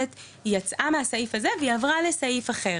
יצאה מהסעיף הזה והיא עברה לסעיף אחר.